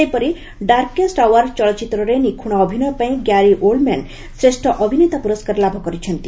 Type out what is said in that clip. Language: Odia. ସେହିପରି ଡାର୍କେଷ୍ଟ ଆୱାର' ଚଳଚ୍ଚିତ୍ରରେ ନିଖୁଣ ଅଭିନୟ ପାଇଁ ଗ୍ୟାରି ଓଲ୍ଡ୍ମ୍ୟାନ୍ ଶ୍ରେଷ ଅଭିନେତା ପ୍ରରସ୍କାର ଲାଭ କରିଛନ୍ତି